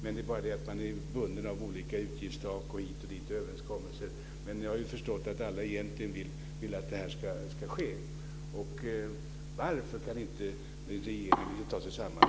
Det är bara det att man är bunden av olika utgiftstak och överenskommelser hit och dit, men jag har förstått att alla egentligen vill att det här ska ske. Varför kan inte regeringen ta sig samman?